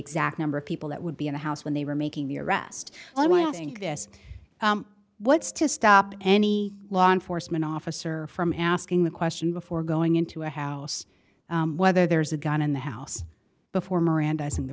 exact number of people that would be in the house when they were making the arrest i want to think this what's to stop any law enforcement officer from asking the question before going into a house whether there's a gun in the house before mirandizing the